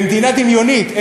במדינה דמיונית.